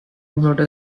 broader